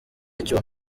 icyuma